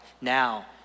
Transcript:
Now